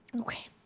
Okay